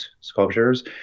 sculptures